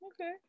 Okay